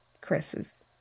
Chris's